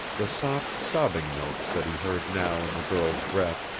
the soft sobbing notes that he heard now in the girl's breath,